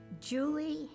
Julie